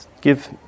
Give